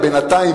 בינתיים,